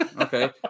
Okay